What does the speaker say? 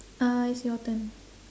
uh it's your turn